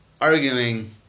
arguing